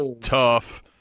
tough